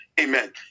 Amen